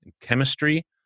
chemistry